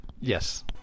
Yes